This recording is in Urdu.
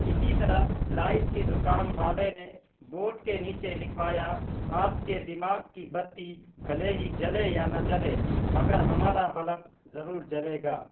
اسی طرح لائٹ کی دکان والے نے بورڈ کے نیچے لکھوایا آپ کے دماغ کی بتی بھلے ہی جلے یا نہ جلے مگر ہمارا بلب ضرور جلے گا